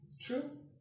True